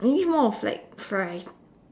maybe more of like fries